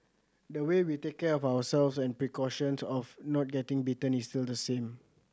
the way we take care of ourselves and precautions of not getting bitten is still the same